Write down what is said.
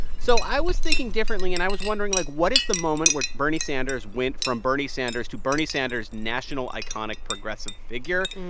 so i was thinking differently, and i was wondering, like, what is the moment where bernie sanders went from bernie sanders to bernie sanders, national iconic progressive figure?